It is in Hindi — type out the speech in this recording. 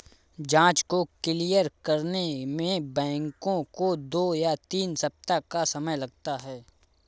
जाँच को क्लियर करने में बैंकों को दो या तीन सप्ताह का समय लगता है